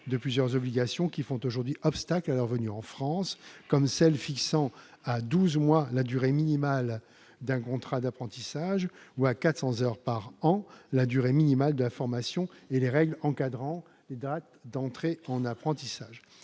de plusieurs obligations qui font aujourd'hui obstacle à leur venue en France, comme celles qui fixent à douze mois la durée minimale d'un contrat d'apprentissage ou à 400 heures par an la durée minimale de la formation et les règles encadrant les dates d'entrée en apprentissage.